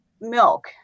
Milk